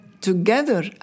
together